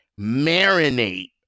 marinate